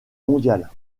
mondiale